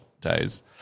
days